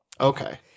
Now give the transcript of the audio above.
okay